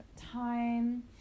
time